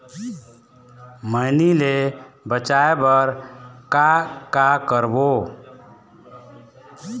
मैनी ले बचाए बर का का करबो?